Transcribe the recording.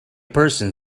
person